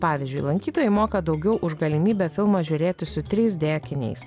pavyzdžiui lankytojai moka daugiau už galimybę filmą žiūrėti su trys d akiniais